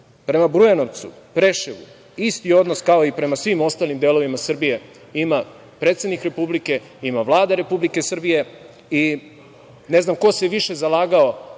Prema Bujanovcu, Preševu, isti odnos kao i prema svim ostalim delovima Srbije ima predsednik Republike i Vlada Republike Srbije. Ne znam ko se više zalagao